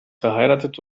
verheiratet